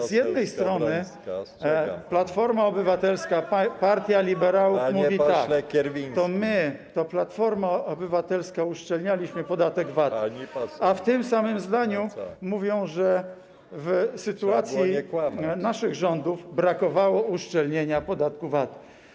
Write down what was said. Otóż z jednej strony Platforma Obywatelska, partia liberałów, mówi tak: to my, to Platforma Obywatelska, uszczelnialiśmy podatek VAT, a w tym samym zdaniu mówi, że w sytuacji naszych rządów brakowało uszczelnienia podatku VAT.